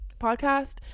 podcast